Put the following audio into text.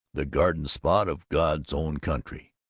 the garden spot of god's own country.